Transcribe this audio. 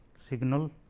signal